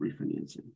refinancing